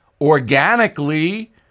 organically